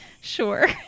sure